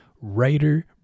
writer